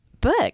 book